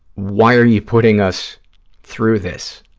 why are you putting us through this?